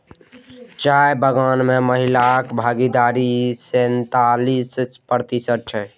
चाय बगान मे महिलाक भागीदारी सैंतालिस प्रतिशत छै